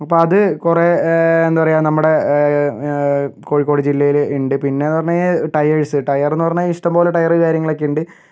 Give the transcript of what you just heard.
അപ്പോൾ അത് കുറേ എന്താ പറയുക നമ്മുടെ കോഴിക്കോട് ജില്ലയിൽ ഉണ്ട് പിന്നെയെന്ന് പറഞ്ഞു കഴിഞ്ഞാൽ ടയേർസ് ടയറെന്ന് പറഞ്ഞു കഴിഞ്ഞാൽ ഇഷ്ടംപോലെ ടയർ കാര്യങ്ങളൊക്കെ ഉണ്ട്